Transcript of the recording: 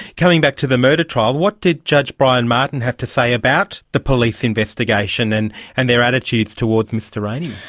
coming back to the murder trial, what did judge brian martin have to say about the police investigation and and their attitudes towards mr rayney?